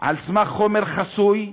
על סמך חומר חסוי,